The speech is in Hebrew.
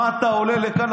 מה אתה עולה לכאן,